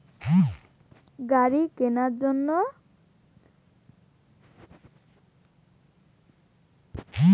Tomato তে ফল ছিদ্রকারী পোকা উপদ্রব বাড়ি গেলে কি করা উচিৎ?